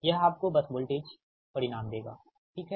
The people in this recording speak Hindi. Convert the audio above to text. यह आपको बस वोल्टेज परिमाण देगा ठीक है